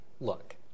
Look